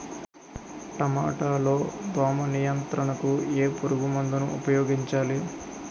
టమాటా లో దోమ నియంత్రణకు ఏ పురుగుమందును ఉపయోగించాలి?